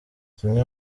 zimwe